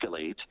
escalate